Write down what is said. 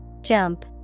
Jump